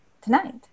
tonight